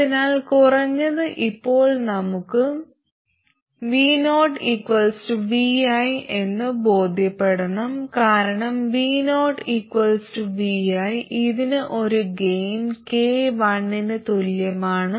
അതിനാൽ കുറഞ്ഞത് ഇപ്പോൾ നമുക്ക് vo vi എന്ന് ബോധ്യപ്പെടണം കാരണം vo vi ഇതിന് ഒരു ഗെയിൻ k 1 ന് തുല്യമാണ്